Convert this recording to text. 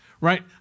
right